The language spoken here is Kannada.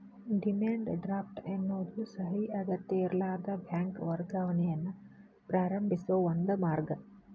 ಡಿಮ್ಯಾಂಡ್ ಡ್ರಾಫ್ಟ್ ಎನ್ನೋದು ಸಹಿ ಅಗತ್ಯಇರ್ಲಾರದ ಬ್ಯಾಂಕ್ ವರ್ಗಾವಣೆಯನ್ನ ಪ್ರಾರಂಭಿಸೋ ಒಂದ ಮಾರ್ಗ